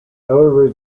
however